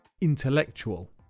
intellectual